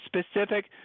specific